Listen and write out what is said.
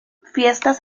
fiestas